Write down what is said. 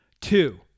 Two